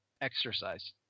exercise